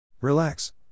Relax